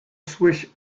swiss